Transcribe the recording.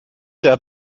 der